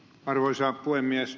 arvoisa puhemies